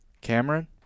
Cameron